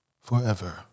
forever